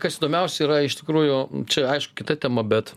kas įdomiausia yra iš tikrųjų čia aišku kita tema bet